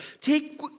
Take